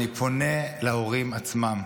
אני פונה להורים עצמם: